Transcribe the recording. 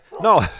No